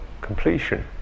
completion